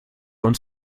uns